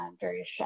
various